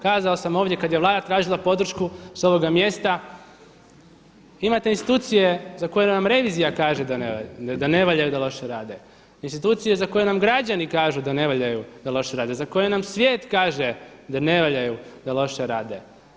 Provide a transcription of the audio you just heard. Kazao sam ovdje kada je Vlada tražila podršku s ovoga mjesta, imate institucije za koje vam revizija kaže da ne valja i da loše rade, institucije za koje nam građani kažu da ne valjaju, da loše rade, za koje nam svijet kaže da ne valjaju, da loše rade.